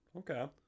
okay